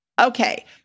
Okay